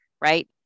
right